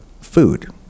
food